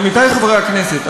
עמיתי חברי הכנסת,